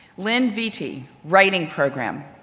lynne viti, writing program.